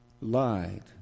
lied